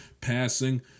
passing